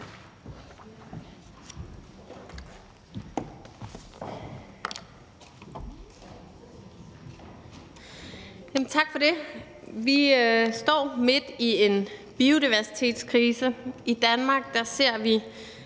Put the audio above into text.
Tak for det. Vi står midt i en biodiversitetskrise. I Danmark